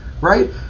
right